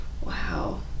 Wow